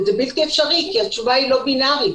וזה בלתי אפשרי כי התשובה היא לא בינארית.